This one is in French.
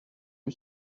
vue